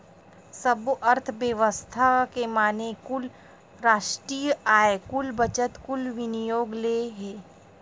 सब्बो अर्थबेवस्था के माने कुल रास्टीय आय, कुल बचत, कुल विनियोग ले हे